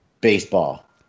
baseball